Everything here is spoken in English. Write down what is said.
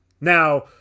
Now